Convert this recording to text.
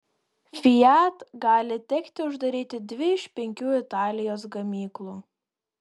fiat gali tekti uždaryti dvi iš penkių italijos gamyklų